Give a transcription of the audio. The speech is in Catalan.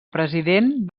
president